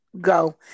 go